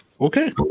Okay